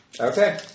Okay